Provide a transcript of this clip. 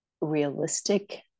realistic